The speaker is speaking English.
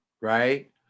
right